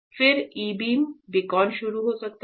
फिर हम e beacon शुरू कर सकते हैं